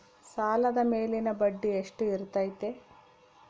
ಸಾಲದ ಮೇಲಿನ ಬಡ್ಡಿ ಎಷ್ಟು ಇರ್ತೈತೆ?